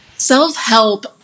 Self-help